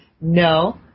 no